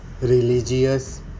religious